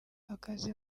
akazi